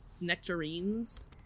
nectarines